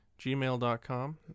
Gmail.com